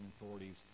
authorities